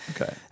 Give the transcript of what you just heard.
Okay